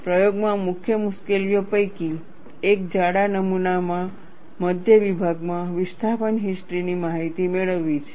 પ્રયોગોમાં મુખ્ય મુશ્કેલીઓ પૈકી એક જાડા નમૂનામાં મધ્ય વિભાગમાં વિસ્થાપન હિસ્ટ્રી ની માહિતી મેળવવી છે